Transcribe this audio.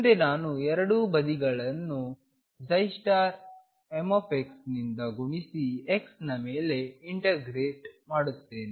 ಮುಂದೆ ನಾನು ಎರಡೂ ಬದಿಗಳನ್ನು m ನಿಂದ ಗುಣಿಸಿ x ನ ಮೇಲೆ ಇಂಟಗ್ರೇಟ್ ಮಾಡುತ್ತೇನೆ